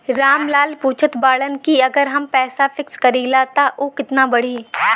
राम लाल पूछत बड़न की अगर हम पैसा फिक्स करीला त ऊ कितना बड़ी?